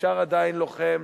נשאר עדיין לוחם,